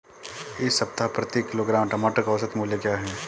इस सप्ताह प्रति किलोग्राम टमाटर का औसत मूल्य क्या है?